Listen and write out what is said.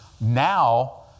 now